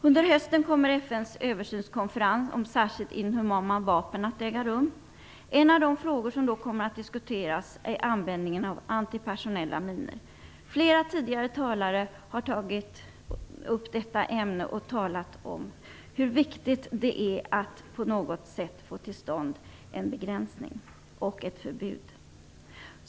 Under hösten kommer FN:s översynskonferens om särskilt inhumana vapen att äga rum. En av de frågor som då kommer att diskuteras är användningen av antipersonella minor. Flera tidigare talare har tagit upp detta ämne och talat om hur viktigt det är att på något sätt få till stånd en begränsning och ett förbud.